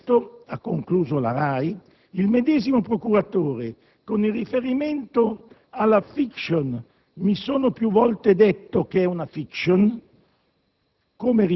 Del resto - ha concluso la RAI - il medesimo procuratore, con il riferimento alla *fiction*: «mi sono più volte detto che è una *fiction*»,